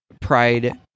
Pride